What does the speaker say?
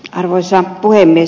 arvoisa puhemies